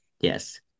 Yes